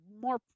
more